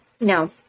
No